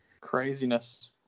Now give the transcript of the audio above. Craziness